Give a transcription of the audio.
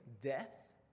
death